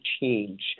change